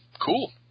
cool